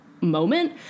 moment